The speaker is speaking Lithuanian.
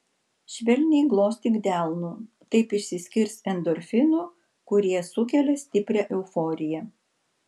švelniai glostyk delnu taip išsiskirs endorfinų kurie sukelia stiprią euforiją